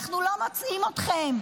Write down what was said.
אנחנו לא מוצאים אתכם.